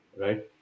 right